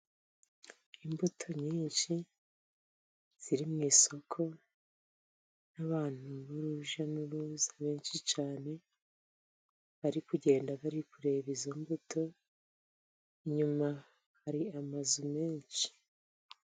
Imbuto nyinshi ziri mw'isoko, abantu b'urujya n'uruza benshi cyane bari kugenda, bari kureba izo mbuto, inyuma hari amazu menshi.